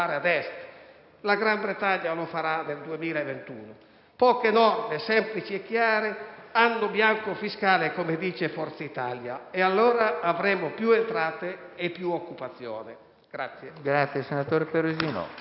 la Gran Bretagna lo farà del 2021. Sono necessarie poche norme, semplici e chiare: anno bianco fiscale, come dice Forza Italia, allora avremo più entrate e più occupazione